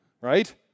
right